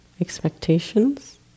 expectations